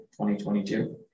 2022